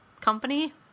company